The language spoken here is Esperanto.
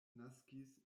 naskis